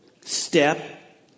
step